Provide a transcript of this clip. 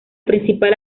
principal